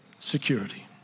Security